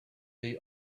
they